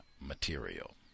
material